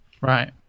Right